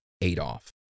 Adolf